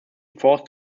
forced